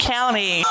County